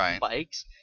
bikes